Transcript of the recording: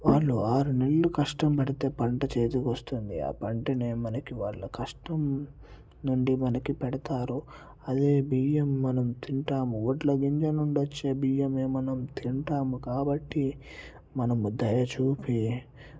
వాళ్ళు ఆరు నెలలు కష్టం పడితే పంట చేతికి వస్తుంది ఆ పంటనే మనకి వాళ్ళ కష్టం నుండి మనకి పెడతారు అదే బియ్యం మనం తింటాము వడ్ల గింజ నుండి వచ్చే బియ్యమే మనం తింటాము కాబట్టి మనము దయ చూపి